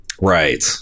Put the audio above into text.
right